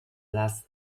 las